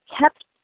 kept